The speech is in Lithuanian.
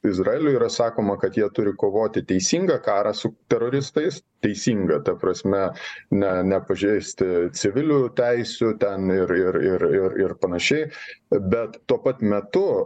izraeliui yra sakoma kad jie turi kovoti teisingą karą su teroristais teisingą ta prasme ne nepažeisti civilių teisių ten ir ir ir ir ir panašiai bet tuo pat metu